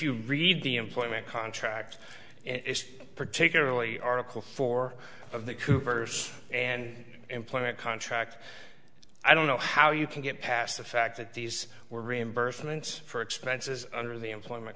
you read the employment contract particularly article four of the coopers and employment contract i don't know how you can get past the fact that these were reimbursements for expenses under the employment